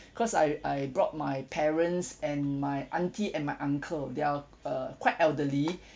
cause I I brought my parents and my auntie and my uncle they're uh quite elderly